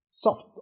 Soft